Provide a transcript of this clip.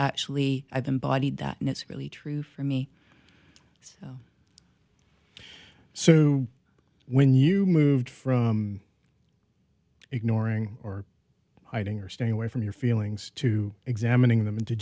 actually i've embodied that and it's really true for me so when you moved from ignoring or hiding or staying away from your feelings to examining them into